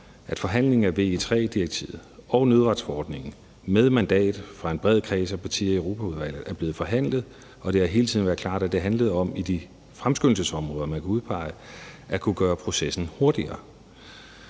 erindre om, at VEIII-direktivet og nødretsforordningen med mandat fra en bred kreds af partier i Europaudvalget er blevet forhandlet, og det har hele tiden været klart, at det handlede om i de fremskyndelsesområder, man kan udpege, at kunne gøre processen hurtigere.